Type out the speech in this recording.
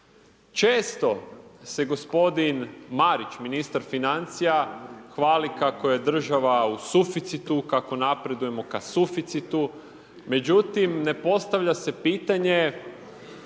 Često se gospodin Marić, ministar financija, hvali kako je država u suficitu, kako napredujemo ka suficitu, međutim ne postavlja se pitanje,